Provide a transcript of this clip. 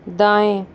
दाएं